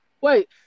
wait